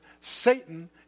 Satan